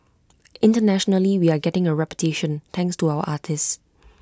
internationally we're getting A reputation thanks to our artists